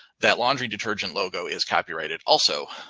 that laundry detergent logo is copyrighted also,